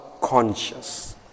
conscious